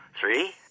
three